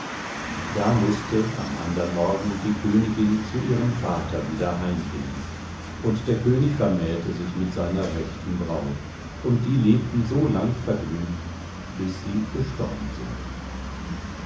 da mußte am andern morgen die königin zu ihrem vater wieder heimgehen und der könig vermählte sich mit seiner rechten braut und die lebten so lang vergnügt bis sie gestorben sind